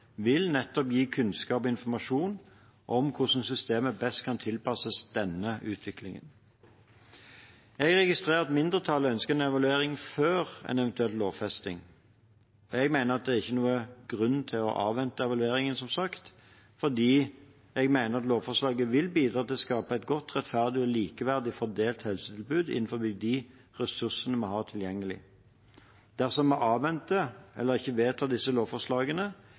vil nettopp gi kunnskap og informasjon om hvordan systemet best kan tilpasses denne utviklingen. Jeg registrerer at mindretallet ønsker evaluering før en eventuell lovfesting. Jeg mener som sagt at det ikke er noen grunn til å avvente evalueringen, for jeg mener at lovforslaget vil bidra til å skape et godt, rettferdig og likeverdig fordelt helsetilbud innenfor de ressursene vi har tilgjengelig. Dersom vi avventer eller ikke vedtar disse lovforslagene,